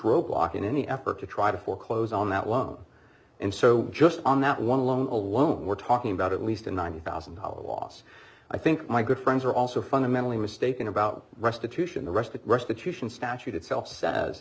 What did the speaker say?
roadblock in any effort to try to foreclose on that loan and so just on that one loan alone we're talking about at least a ninety thousand dollars loss i think my good friends are also fundamentally mistaken about restitution the rest of restitution statute itself says